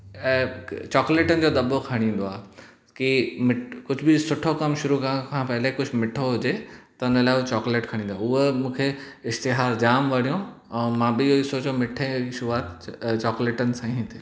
ऐं चॉकलेटनि जो दॿो खणी ईंदो आहे की मीठ कुझु बि सुठो कमु शुरू करण खां पहले कुझु मिठो हुजे त हुन लाइ उहो चोकलेट खणी ईंदो आहे उहो मूंखे इश्तिहार जामु वणियो ऐं मां बि हीअं सोचो मीठे जे शुरूआति चॉकलेटनि सां ई थिए